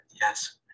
Yes